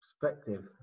Perspective